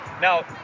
now